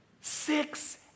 Six